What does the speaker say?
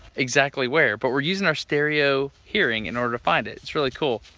exactly where. but we're using our stereo hearing in order to find it. it's really cool